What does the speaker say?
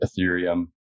Ethereum